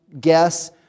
guess